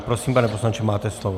Prosím, pane poslanče, máte slovo.